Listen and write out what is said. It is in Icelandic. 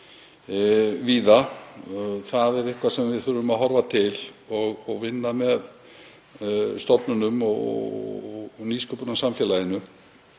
víða. Það er eitthvað sem við þurfum að horfa til og vinna með stofnunum og nýsköpunarsamfélaginu.